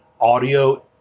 audio